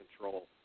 control